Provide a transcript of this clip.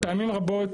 פעמים רבות,